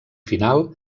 final